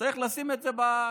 צריך לשים את זה בקונטקסט.